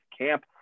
camp